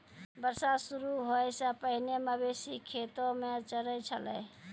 बरसात शुरू होय सें पहिने मवेशी खेतो म चरय छलै